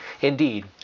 Indeed